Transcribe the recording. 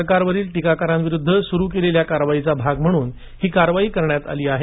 सरकारवरील टिकाकारांविरुद्ध सुरु केलेल्या कारवाईचा भाग म्हणून ही कारवाई करण्यात आली आहे